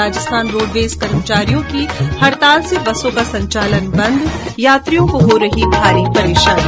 Rajasthan roadways कर्मचारियों की हड़ताल से बसों का संचालन बंद यात्रियों को हो रही भारी परेशानी